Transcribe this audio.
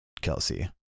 Kelsey